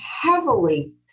heavily